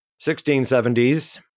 1670s